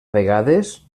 vegades